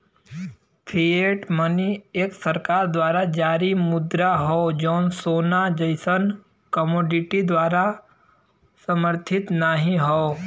fiat money एक सरकार द्वारा जारी मुद्रा हौ जौन सोना जइसन कमोडिटी द्वारा समर्थित नाहीं हौ